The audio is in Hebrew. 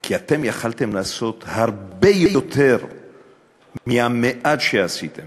כי אתם יכולתם לעשות הרבה יותר מהמעט שעשיתם.